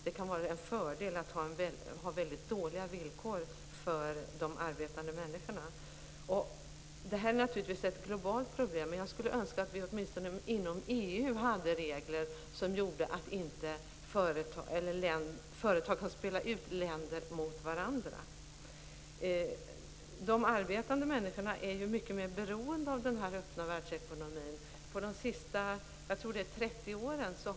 Det kan vara en fördel att ha väldigt dåliga villkor för de arbetande människorna. Detta är naturligtvis ett globalt problem, men jag skulle önska att vi åtminstone inom EU hade regler som gjorde att företag inte kan spela ut länder mot varandra. De arbetande människorna är ju mycket mer beroende av denna öppna världsekonomi. De senaste 30 åren har det skett en ökning.